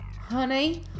Honey